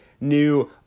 new